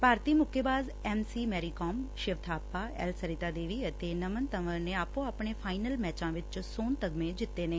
ਭਾਰਤੀ ਮੁੱਕੇਬਾਜ M C Mary Kom Shiva Thapa N Sarita Devi ਅਤੇ ਨਮਨ ਤਵਰ ਨੇ ਆਪੋ ਆਪਣੇ ਫਾਈਨਲ ਮੈਚਾਂ ਵਿਚ ਸੋਨ ਤਗਮੇ ਜਿੱਤੇ ਨੇ